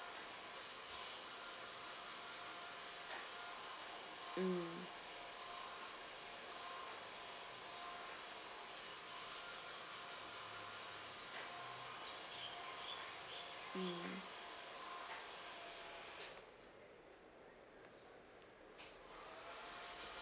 mm